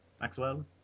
Maxwell